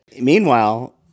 meanwhile